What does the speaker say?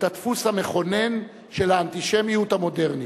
הדפוס המכונן של האנטישמיות המודרנית,